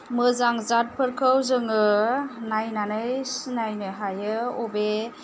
मोजां जादफोरखौ जोङो नायनानै सिनायनो हायो अबे